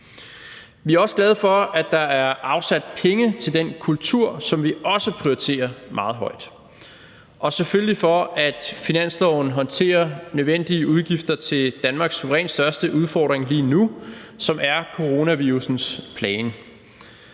Vi er også glade for, at der er afsat penge til den kultur, som vi også prioriterer meget højt, og selvfølgelig for, at finansloven håndterer nødvendige udgifter til Danmarks suverænt største udfordring lige nu, som er coronavirussens plagen.